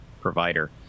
provider